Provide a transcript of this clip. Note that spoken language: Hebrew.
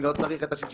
אני לא צריך את ה-65%?